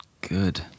Good